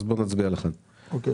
אז בואו נצביע על 1. אוקיי,